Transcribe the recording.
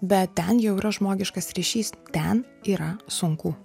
bet ten jau yra žmogiškas ryšys ten yra sunku